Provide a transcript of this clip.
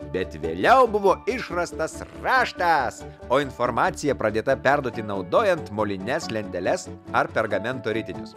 bet vėliau buvo išrastas raštas o informacija pradėta perduoti naudojant molines lenteles ar pergamento ritinius